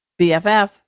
BFF